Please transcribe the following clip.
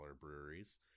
breweries